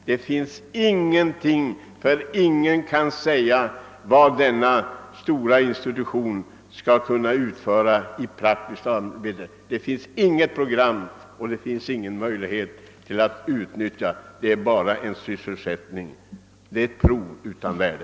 Men ingen kan säga vad den stora institution det nu gäller skulle kunna utföra i form av praktiskt arbete. Det finns inget program, det blir inte möjligt att utnyttja institutionen. Det blir bara fråga om att skapa sysselsättning åt vissa personer — det blir ett prov utan värde.